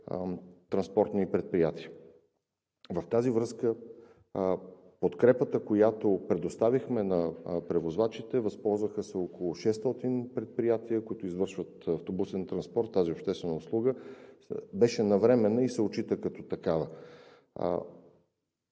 транспортни предприятия. В тази връзка подкрепата, която предоставихме на превозвачите, възползваха се около 600 предприятия, които извършват автобусен транспорт – тази обществена услуга беше навременна и се отчита като такава.